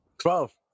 Twelve